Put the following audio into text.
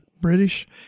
British